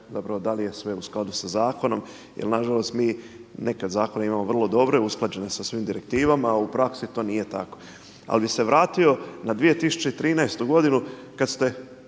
zapravo da li je sve u skladu sa zakonom jer nažalost mi nekada zakone imamo vrlo dobre, usklađene sa svim direktivama a u praksi to nije tako. Ali bih se vratio na 2013. kada ste